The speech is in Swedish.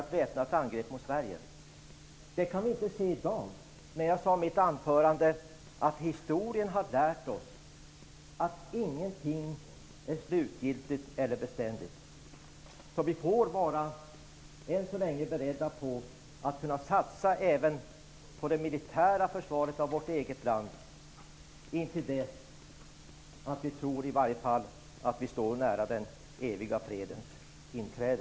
Att något sådant skulle inträffa kan vi inte se i dag, men som jag sade i mitt anförande har historien lärt oss att ingenting är slutgiltigt eller beständigt. Vi får därför än så länge vara beredda på att satsa även på det militära försvaret av vårt eget land, till dess att vi tror att vi står nära den eviga fredens inträde.